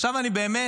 עכשיו אני באמת